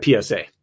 PSA